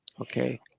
Okay